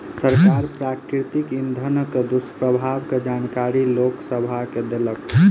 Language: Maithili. सरकार प्राकृतिक इंधनक दुष्प्रभाव के जानकारी लोक सभ के देलक